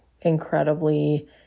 incredibly